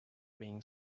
being